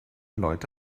leute